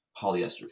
polyester